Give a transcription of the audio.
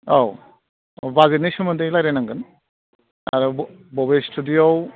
औ औ बाजेतनि सोमोन्दै रायलायनांगोन आरो बबे स्थुदिअ आव